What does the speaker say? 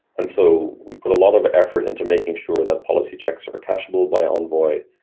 and so we put a lot of effort into making sure that policy checks are cacheable by envoy,